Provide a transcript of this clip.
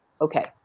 Okay